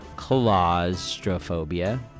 claustrophobia